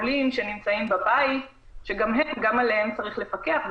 -- ועוד 6,000 חולים שנמצאים בבית שגם עליהם צריך לפקח,